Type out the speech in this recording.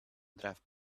draft